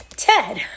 Ted